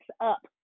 up